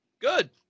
Good